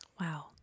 Wow